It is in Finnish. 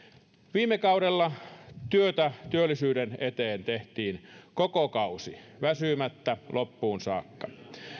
viime kaudella työtä työllisyyden eteen tehtiin koko kausi väsymättä loppuun saakka